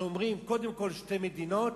אנחנו אומרים קודם כול "שתי מדינות"